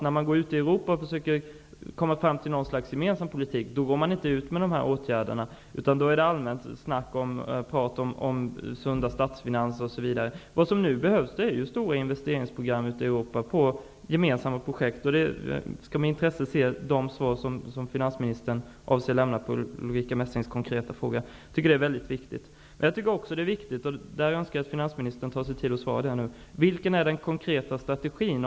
När man nu försöker komma fram till en gemensam politik i Europa, går man inte ut med dessa åtgärder, utan man ägnar sig åt allmänt prat om sunda statsfinanser. Nu behövs det stora investeringsprogram i Europa för stora gemensamma projekt. Jag ser med intresse fram emot det svar som finansministern skall lämna på Ulrica Messings konkreta fråga. Jag tycker också att det är viktigt att få veta vilken den konkreta strategin är, vilket jag önskar att statsministern tar sig tid att ge besked om.